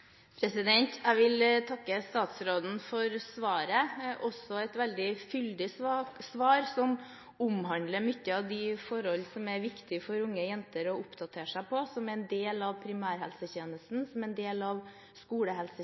Jeg vil takke statsråden for svaret – et veldig fyldig svar, som omhandler mange av de forhold som er viktig for unge jenter å oppdatere seg på, som en del av primærhelsetjenesten, og som en del av